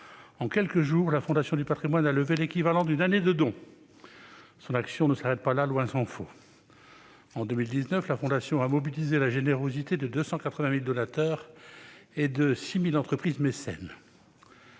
En quelques jours, la Fondation du patrimoine a levé l'équivalent d'une année de dons. Son action ne s'arrête pas là, tant s'en faut. En 2019, elle a mobilisé la générosité de 280 000 donateurs et de 6 000 entreprises mécènes.